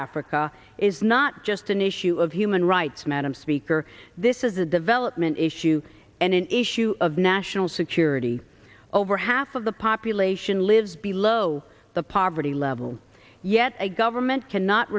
africa is not just an issue of human rights madam speaker this is a development issue and an issue of national security over half of the population lives below the poverty level yet a government cannot